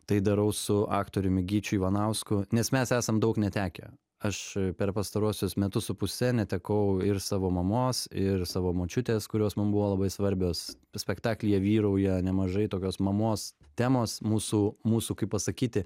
tai darau su aktoriumi gyčiu ivanausku nes mes esam daug netekę aš per pastaruosius metus su puse netekau ir savo mamos ir savo močiutės kurios man buvo labai svarbios spektaklyje vyrauja nemažai tokios mamos temos mūsų mūsų kaip pasakyti